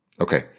Okay